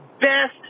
best